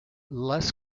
less